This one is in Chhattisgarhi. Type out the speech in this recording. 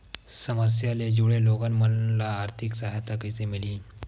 समस्या ले जुड़े लोगन मन ल आर्थिक सहायता कइसे मिलही?